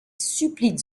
supplie